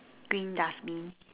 green dustbin